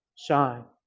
shine